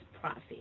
profit